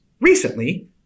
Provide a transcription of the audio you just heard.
Recently